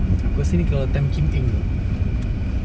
aku rasa kalau ni time kinting tu